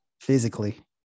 physically